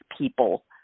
people